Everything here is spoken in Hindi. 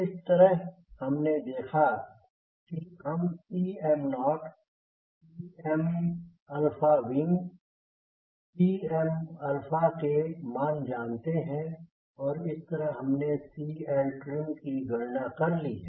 इस तरह हमने देख है कि हम Cm0 Cmwing Cmके मान जानते हैं और इस तरह हमने CLtrim की गणना कर ली है